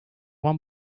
one